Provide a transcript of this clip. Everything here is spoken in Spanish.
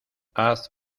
haz